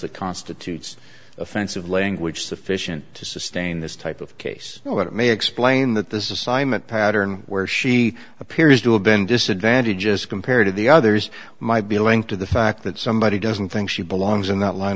that constitutes offensive language sufficient to sustain this type of case let me explain that this is simon pattern where she appears to have been disadvantages compared to the others might be linked to the fact that somebody doesn't think she belongs in that line